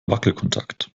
wackelkontakt